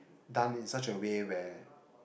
done in such a way where